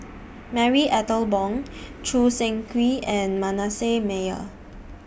Marie Ethel Bong Choo Seng Quee and Manasseh Meyer